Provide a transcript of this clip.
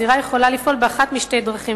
הזירה יכולה לפעול באחת משתי דרכים",